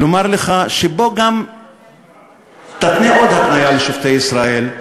לומר לך שבוא גם תתנה עוד התניה לשופטי ישראל: